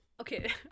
Okay